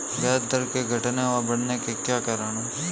ब्याज दर के घटने और बढ़ने के क्या कारण हैं?